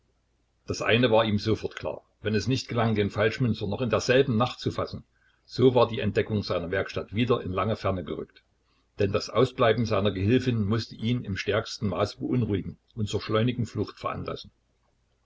das eine war ihm sofort klar wenn es nicht gelang den falschmünzer noch in derselben nacht zu fassen so war die entdeckung seiner werkstatt wieder in lange ferne gerückt denn das ausbleiben seiner gehilfin mußte ihn im stärksten maße beunruhigen und zur schleunigen flucht veranlassen